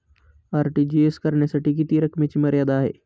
RTGS करण्यासाठी किती रकमेची मर्यादा आहे?